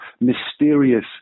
mysterious